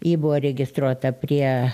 ji buvo registruota prie